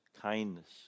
kindness